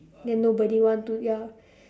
then nobody want to ya